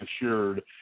assured